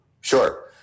Sure